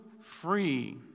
free